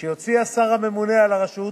שיוציא השר הממונה על הרשות,